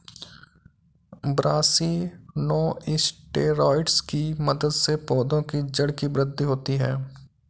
brassinosteroids की मदद से पौधों की जड़ की वृद्धि होती है